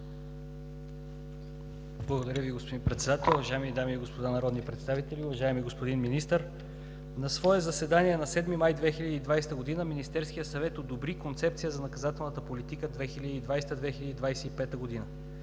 Благодаря Ви, господин Председател. Уважаеми дами и господа народни представители! Уважаеми господин Министър, на свое заседание на 7 май 2020 г. Министерският съвет одобри Концепция за наказателната политика 2020 – 2025 г.